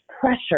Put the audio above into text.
pressure